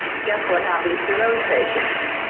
guess what happens to those patients.